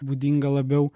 būdinga labiau